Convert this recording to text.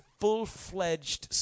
full-fledged